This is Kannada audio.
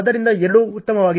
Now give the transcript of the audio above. ಆದ್ದರಿಂದ ಎರಡೂ ಉತ್ತಮವಾಗಿವೆ